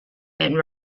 and